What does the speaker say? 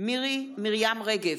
מירי מרים רגב,